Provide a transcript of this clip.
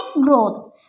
growth